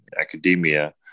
academia